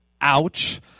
Ouch